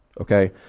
Okay